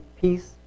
peace